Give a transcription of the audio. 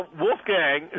Wolfgang